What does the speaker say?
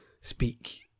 speak